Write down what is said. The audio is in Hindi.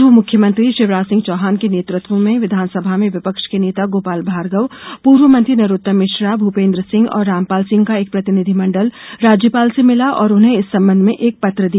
पूर्व मुख्यमंत्री शिवराज सिंह चौहान के नेतृत्व में विधानसभा में विपक्ष के नेता गोपाल भार्गव पूर्व मंत्री नरोत्तम मिश्रा भूपेंद्र सिंह और रामपाल सिंह का एक प्रतिनिधिमंडल राज्यपाल से मिला और उन्हें इस संबंध में एक पत्र दिया